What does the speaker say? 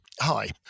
Hi